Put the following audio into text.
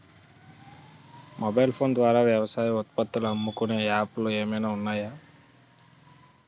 Mobile phone ద్వారా వ్యవసాయ ఉత్పత్తులు అమ్ముకునే యాప్ లు ఏమైనా ఉన్నాయా?